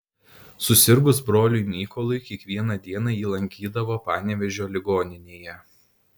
susirgus broliui mykolui kiekvieną dieną jį lankydavo panevėžio ligoninėje